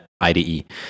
IDE